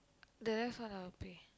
the rest all I will pay